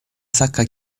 sacca